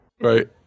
Right